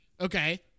okay